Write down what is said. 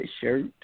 shirt